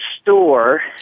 store